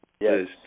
Yes